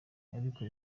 ariko